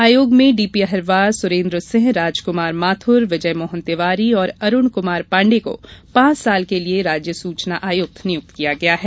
आयोग में डीपीअहिरवार सुरेन्द्र सिंह राजकुमार माथुर विजयमोहन तिवारी और अरूण कुमार पांडे को पांच साल के लिये राज्य सूचना आयुक्त नियुक्त किया है